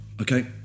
okay